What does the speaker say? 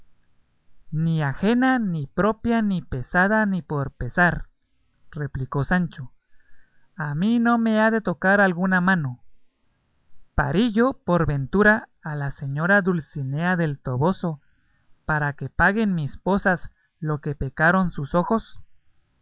ni ajena ni propia ni pesada ni por pesar replicó sancho a mí no me ha de tocar alguna mano parí yo por ventura a la señora dulcinea del toboso para que paguen mis posas lo que pecaron sus ojos